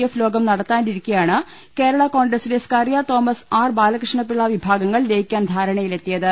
F യോഗം നടത്താനിരിക്കെയാണ് കേരള കോൺഗ്രസിലെ സ്കറിയ തോമസ് ആർ ബാലകൃഷ്ണ പിള്ള വിഭാഗങ്ങൾ ലയിക്കാൻ ധാരണയിലെത്തിയത്